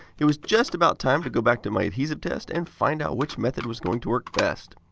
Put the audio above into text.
it was just about time to go back to my adhesive test and find out which method was going to work best.